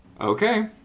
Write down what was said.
Okay